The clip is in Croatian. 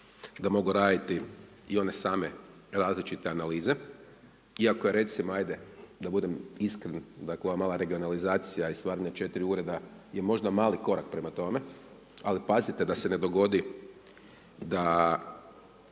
da mogu raditi i one same različite analize, iako je recimo, ajde da budem iskren, dakle ova mala regionalizacija i stvarna 4 ureda je možda mali korak prema tome, ali pazite da se ne dogodi da